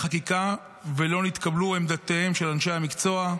חקיקה ולא נתקבלו עמדותיהם של אנשי המקצוע.